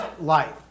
life